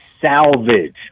salvage